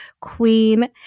Queen